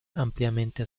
ampliamente